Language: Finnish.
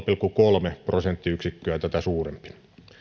pilkku kolme prosenttiyksikköä tätä suurempi